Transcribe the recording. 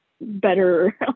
better